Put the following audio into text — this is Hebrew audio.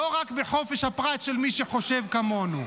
לא רק בחופש הפרט של מי שחושב כמונו.